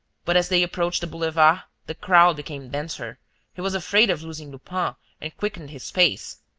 but as they approached the boulevard, the crowd became denser he was afraid of losing lupin and quickened his pace.